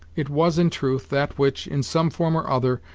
it was, in truth, that which, in some form or other,